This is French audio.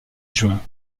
juin